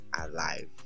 alive